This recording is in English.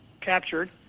captured